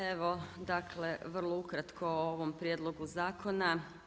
Evo dakle vrlo ukratko o ovom prijedlogu zakona.